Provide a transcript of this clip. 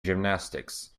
gymnastics